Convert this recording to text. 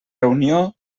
reunió